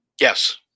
Yes